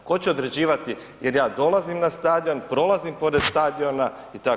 Tko će određivati jel' ja dolazim na stadion, prolazim porez stadiona itd.